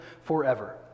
forever